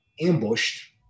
ambushed